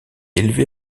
élevé